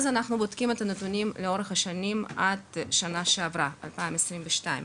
בעצם מאז ועד השנה שעברה, 2022,